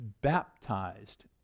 baptized